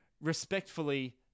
respectfully